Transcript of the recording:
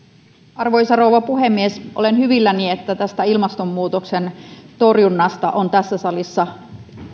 arvoisa rouva puhemies olen hyvilläni että ilmastonmuutoksen torjunnasta on tässä salissa